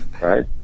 Right